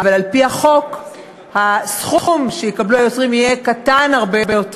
אבל על-פי החוק הסכום שיקבלו היוצרים יהיה קטן הרבה יותר.